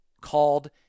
called